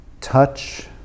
touch